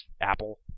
Apple